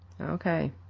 Okay